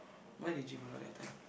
why you gym a lot that time